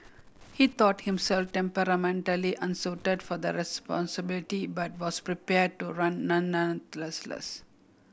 he thought himself temperamentally unsuited for the responsibility but was prepare to run nonetheless